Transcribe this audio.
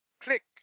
Click